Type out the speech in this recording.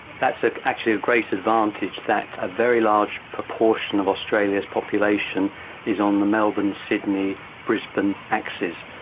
that's like actually a great advantage, that a very large proportion of australia's population is on the melbourne-sydney-brisbane axis,